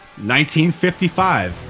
1955